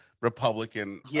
Republican